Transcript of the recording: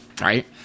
Right